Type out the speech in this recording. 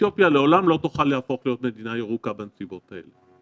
אתיופיה לעולם לא תוכל להפוך להיות מדינה ירוקה בנסיבות האלה.